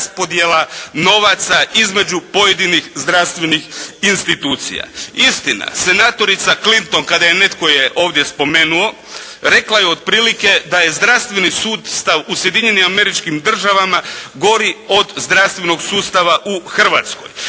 preraspodjela novaca između pojedinih zdravstvenih institucija. Istina senatorica Clinton, kada je ovdje je netko spomenuo rekla je otprilike da je zdravstveni sustav u Sjedinjenim Američkim Državama gori od zdravstvenog sustava u Hrvatskoj,